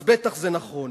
אז בטח זה נכון.